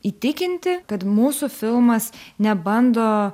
įtikinti kad mūsų filmas nebando